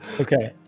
Okay